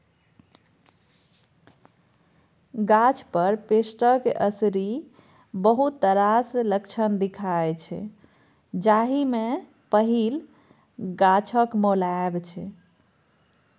गाछ पर पेस्टक असरिक बहुत रास लक्षण देखाइ छै जाहि मे पहिल गाछक मौलाएब छै